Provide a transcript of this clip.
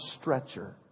stretcher